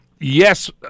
Yes